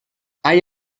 hay